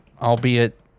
Albeit